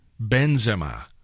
Benzema